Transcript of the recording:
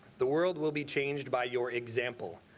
the world will be changed by your example,